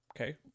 Okay